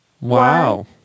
Wow